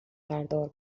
بردار